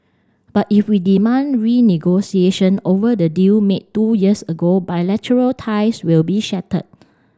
but if we demand renegotiation over the deal made two years ago bilateral ties will be shattered